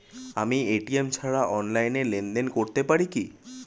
আমি এ.টি.এম ছাড়া অনলাইনে লেনদেন করতে পারি কি?